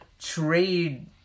trade